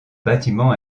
bâtiments